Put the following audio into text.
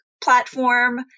platform